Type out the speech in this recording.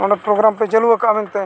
ᱚᱸᱰᱮ ᱯᱨᱳᱜᱨᱟᱢᱯᱮ ᱪᱟᱞᱩᱣ ᱠᱟᱜᱼᱟ ᱢᱮᱱᱛᱮ